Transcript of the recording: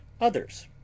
Others